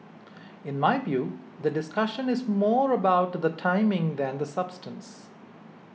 in my view the discussion is more about the timing than the substance